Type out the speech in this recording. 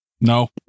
No